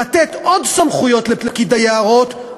לתת עוד סמכויות לפקיד היערות,